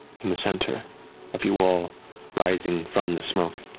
in the center of you all rising from the smoke.